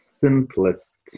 simplest